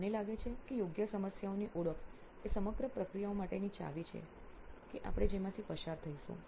મને લાગે છે કે યોગ્ય સમસ્યાની ઓળખ એ સમગ્ર પ્રક્રિયા માટેની ચાવી છે કે આપણે જેમાંથી પસાર થઈશું